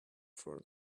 for